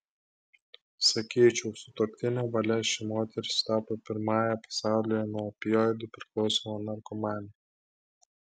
sakyčiau sutuoktinio valia ši moteris tapo pirmąja pasaulyje nuo opioidų priklausoma narkomane